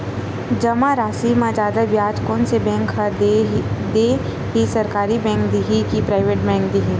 जमा राशि म जादा ब्याज कोन से बैंक ह दे ही, सरकारी बैंक दे हि कि प्राइवेट बैंक देहि?